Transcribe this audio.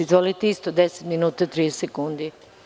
Izvolite isto 10 minuta i 30 sekundi.